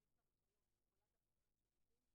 האתתים.